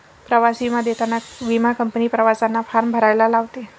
प्रवास विमा देताना विमा कंपनी प्रवाशांना फॉर्म भरायला लावते